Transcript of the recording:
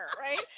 right